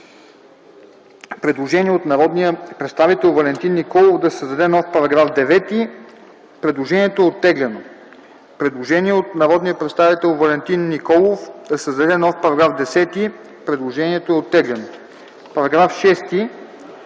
Предложение от народния представител Валентин Николов – да се създаде нов § 9. Предложението е оттеглено. Предложение от народния представител Валентин Николов – да се създаде нов § 10. Предложението е оттеглено. По § 6